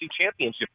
championship